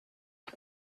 und